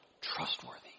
trustworthy